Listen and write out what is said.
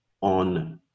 on